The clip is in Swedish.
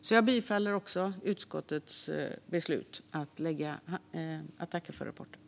Jag yrkar bifall till utskottets förslag och tackar för rapporten.